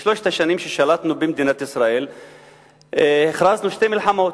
בשלוש השנים ששלטנו במדינת ישראל הכרזנו שתי מלחמות,